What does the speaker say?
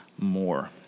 more